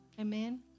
Amen